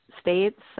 States